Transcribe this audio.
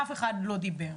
אף אחד לא דיבר.